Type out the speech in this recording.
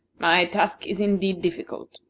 my task is indeed difficult.